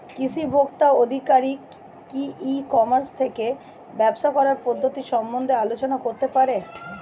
কৃষি ভোক্তা আধিকারিক কি ই কর্মাস থেকে ব্যবসা করার পদ্ধতি সম্বন্ধে আলোচনা করতে পারে?